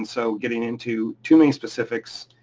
so getting into too many specifics